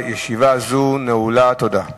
הצעת חוק זו תידון בוועדת החוקה,